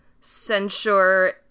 censure